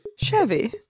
Chevy